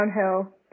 downhill